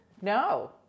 No